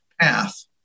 path